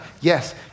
Yes